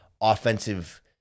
offensive